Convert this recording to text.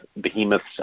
behemoths